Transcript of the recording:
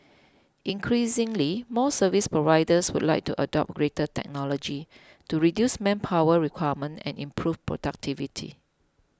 increasingly more services providers would like to adopt greater technology to reduce manpower requirement and improve productivity